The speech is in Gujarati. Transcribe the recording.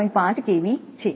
5 kV છે